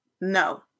No